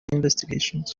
investigations